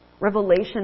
Revelation